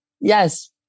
Yes